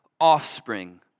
offspring